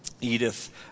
Edith